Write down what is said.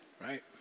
right